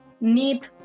need